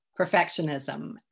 perfectionism